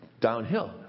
downhill